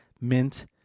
mint